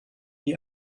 wie